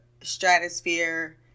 stratosphere